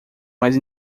mais